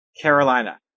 Carolina